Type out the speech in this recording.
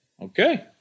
okay